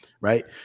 right